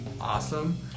awesome